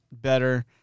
better